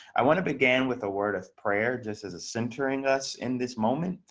i want to began with a word of prayer. just as centering us in this moment,